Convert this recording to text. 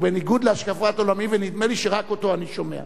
בניגוד להשקפת עולמי ונדמה לי שרק אותו אני שומע?